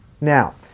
Now